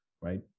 right